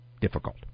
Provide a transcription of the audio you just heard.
difficult